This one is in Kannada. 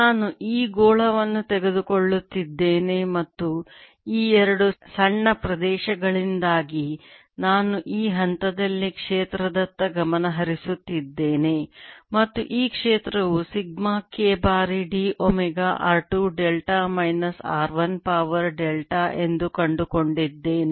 ನಾನು ಈ ಗೋಳವನ್ನು ತೆಗೆದುಕೊಳ್ಳುತ್ತಿದ್ದೇನೆ ಮತ್ತು ಈ ಎರಡು ಸಣ್ಣ ಪ್ರದೇಶಗಳಿಂದಾಗಿ ನಾನು ಈ ಹಂತದಲ್ಲಿ ಕ್ಷೇತ್ರದತ್ತ ಗಮನ ಹರಿಸುತ್ತಿದ್ದೇನೆ ಮತ್ತು ಈ ಕ್ಷೇತ್ರವು ಸಿಗ್ಮಾ k ಬಾರಿ d omega r 2 delta minus r 1 power delta ಎಂದು ಕಂಡುಕೊಂಡಿದ್ದೇನೆ